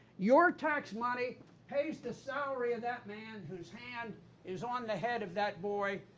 your tax money pays the salary of that man whose hand is on the head of that boy,